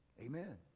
Amen